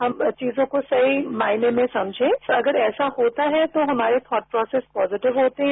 हम चीजों को सही मायने में समझे तो अगर ऐसा होता है तो हमारे जीवनहीजे प्रोसेसिस पॉजिटिव होते हैं